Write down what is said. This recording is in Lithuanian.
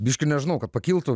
biški nežinau kad pakiltų